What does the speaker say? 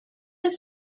are